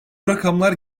rakamlar